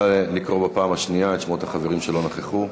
נא לקרוא בפעם השנייה את שמות החברים שלא נכחו.